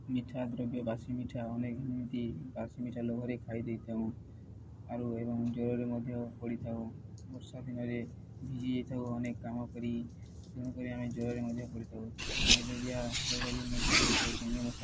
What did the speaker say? ମିଠା ଦ୍ରବ୍ୟ ବାସି ମିଠା ଅନେକ ଏମିତି ବାସି ମିଠା ଲୋଭରେ ଖାଇ ଦେଇଥାଉ ଆଳ ଏବଂ ଜୋରରେ ମଧ୍ୟ ପଡ଼ିଥାଉ ବର୍ଷା ଦିନରେ ଭିଜି ଯାଇଥାଉ ଅନେକ କାମ କରି ତେଣୁ କରି ଆମେ ଜ୍ଵରରେ ମଧ୍ୟ ପଡ଼ିଥାଉ ମ୍ୟାଲେରିଆ ରୋଗ ବି ମଧ୍ୟ ହୋଇଥାଏ ଡେଙ୍ଗୁ ମଶା